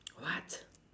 what